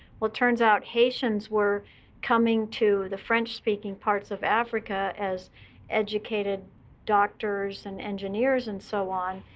well, it turns out haitians were coming to the french speaking parts of africa as educated doctors and engineers and so on.